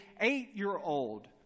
eight-year-old